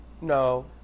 No